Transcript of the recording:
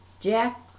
Jack